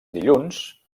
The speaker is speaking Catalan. dilluns